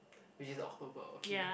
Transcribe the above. which is October okay